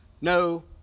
no